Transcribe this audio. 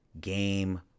Game